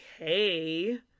okay